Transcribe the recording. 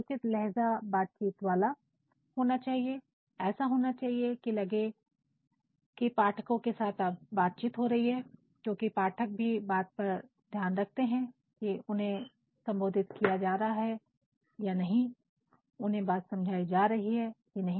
उचित लहजा बातचीत वाला होना चाहिए ऐसा होना चाहिए कि लगे कि पाठकों के साथ बातचीत हो रही हैक्योंकि पाठक भी इस बात का ध्यान रखते हैं कि उन्हें संबोधित किया जा रहा है कि नहीं कि उन्हें बात समझाई जा रही है कि नहीं